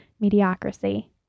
mediocrity